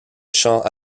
chant